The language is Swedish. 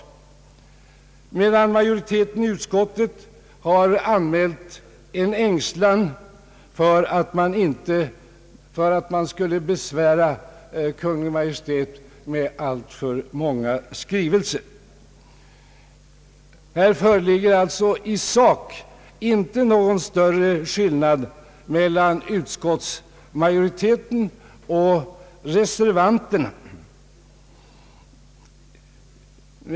Utskottsmajoriteten har visat en ängslan för att besvära Kungl. Maj:t med skrivelser, som vi för vår del inte finner motiverad.